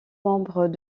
membres